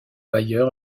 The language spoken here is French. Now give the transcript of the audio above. bayer